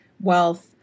wealth